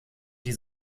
die